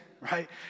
right